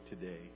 today